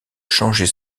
changer